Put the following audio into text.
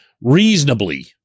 reasonably